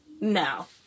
No